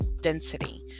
density